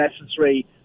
necessary